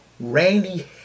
Randy